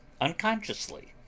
unconsciously